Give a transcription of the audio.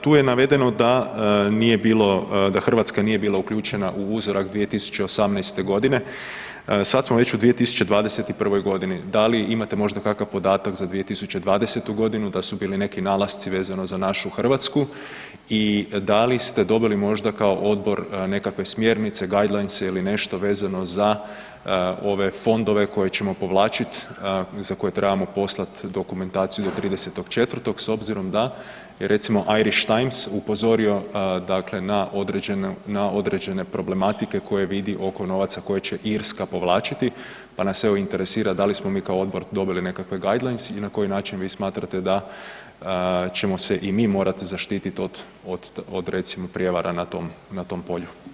Tu je navedeno da nije bilo, da Hrvatska nije bila uključena u uzorak 2018. g., sad smo već u 2021. g. Da li imate možda kakav podatak za 2020. g. da su bili neki nalasci vezano za našu Hrvatsku i da li ste dobili možda kao odgovor nekakve smjernice, guidance ili nešto vezano za ove fondove koje ćemo povlačiti, za koje trebamo poslati dokumentaciju do 30.4. s obzirom da je recimo, Irish Times upozorio dakle na određene problematike koje vidi oko novaca koje će Irska povlačiti, pa nas evo, interesira, da li smo mi kao Odbor dobili nekakve guidance i na koji način vi smatrate da ćemo se i mi morati zaštititi od recimo, prijevara na tom polju?